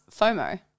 FOMO